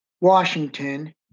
Washington